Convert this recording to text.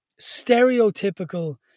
stereotypical